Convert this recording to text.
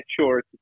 sure